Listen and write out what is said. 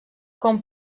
com